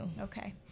Okay